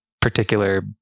particular